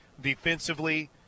defensively